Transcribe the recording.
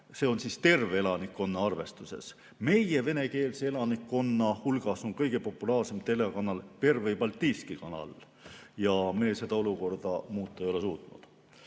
RTR Moldova, terve elanikkonna arvestuses. Meie venekeelse elanikkonna hulgas on kõige populaarsem telekanal Pervõi Baltiiski Kanal. Me seda olukorda muuta ei ole suutnud.